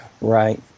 Right